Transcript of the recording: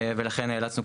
ולכן נאלצנו,